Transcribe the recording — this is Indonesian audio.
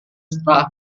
setelah